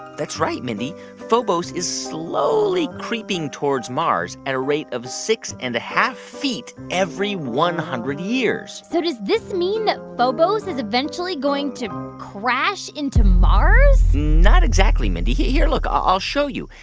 that's right, mindy. phobos is slowly creeping towards mars at a rate of six and a half feet every one hundred years so does this mean that phobos is eventually going to crash into mars not exactly, mindy. here. look. i'll show you.